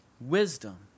wisdom